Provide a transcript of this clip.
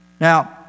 Now